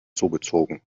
zugezogen